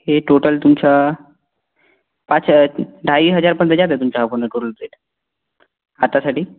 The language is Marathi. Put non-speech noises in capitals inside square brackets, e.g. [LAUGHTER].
हे टोटल तुमचं पाच ढाई हजारपर्यंत जाते तुमचं [UNINTELLIGIBLE] करून ते आत्तासाठी